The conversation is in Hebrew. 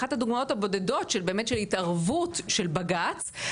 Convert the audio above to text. אחת הדוגמאות הבודדות של באמת התערבות של בג"צ,